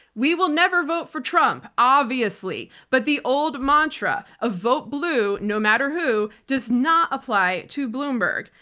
we will never vote for trump obviously but the old mantra of vote blue no matter who does not apply to bloomberg.